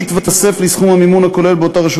יתווסף לסכום המימון הכולל באותה רשות